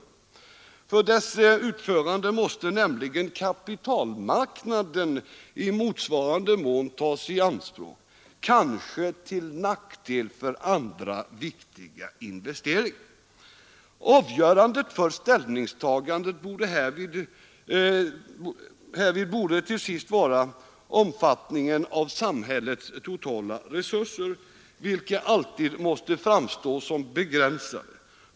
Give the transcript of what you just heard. För förbindelsens utförande måste nämligen kapitalmarknaden i motsvarande mån tas i anspråk — kanske till nackdel för andra viktiga investeringar. Avgörande för ställningstagandet härvid borde till sist vara omfattningen av samhällets totala resurser, vilka alltid måste framstå som begränsade.